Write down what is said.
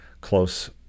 close